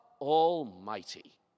Almighty